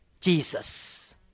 Jesus